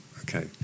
okay